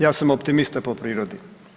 Ja sam optimista po prirodi.